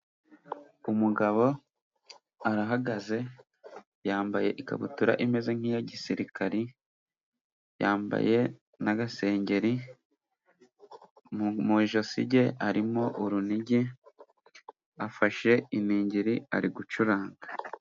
Umugabo arahagaze yambaye ikabutura imeze nk'iya gisirikari, yambaye n'agasengeri. Mu ijosi rye harimo urunigi, afashe iningiri ari gucuranga.